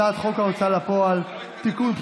הצעת חוק ההוצאה לפועל (תיקון,